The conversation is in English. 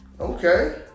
Okay